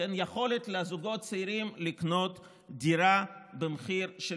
יכולת לזוגות צעירים לקנות דירה במחיר של